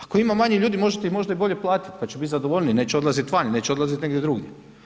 Ako ima manje ljudi, možete ih možda i bolje platiti pa će biti zadovoljniji, neće odlaziti vani, neće odlaziti negdje drugdje.